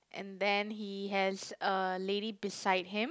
and then he has a lady beside him